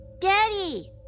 Daddy